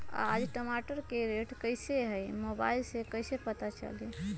आज टमाटर के रेट कईसे हैं मोबाईल से कईसे पता चली?